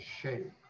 shape